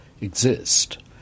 exist